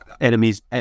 enemies